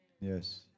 Yes